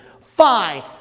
fine